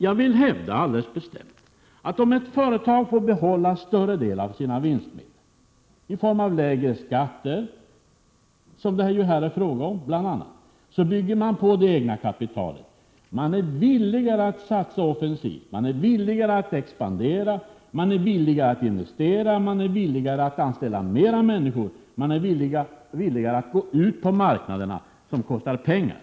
Jag vill alldeles bestämt hävda att om ett företag får behålla en större del av sina vinster, bl.a. i form av lägre skatter, som det ju här är fråga om, så ökar man på det egna kapitalet. Man är villigare att satsa offensivt, man är villigare att expandera, man är villigare att investera, man är villigare att anställa fler människor och man är villigare att gå ut på marknaderna, vilket kostar pengar.